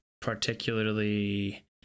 particularly